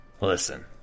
Listen